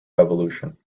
revolution